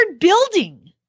building